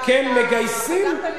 הנה עכשיו חזרת ללבני.